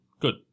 Good